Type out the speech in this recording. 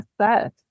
Set